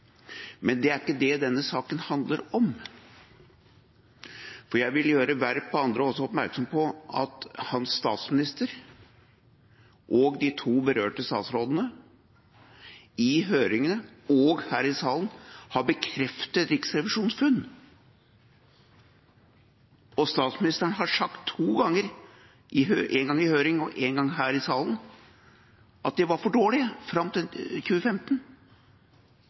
Men det er ikke det denne saken handler om. Jeg vil gjøre Werp og andre også oppmerksom på at hans statsminister og de to berørte statsrådene i høringene og her i salen har bekreftet Riksrevisjonens funn. Statsministeren har sagt to ganger – en gang i høring og en gang her i salen – at de var for dårlige fram til 2015.